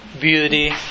beauty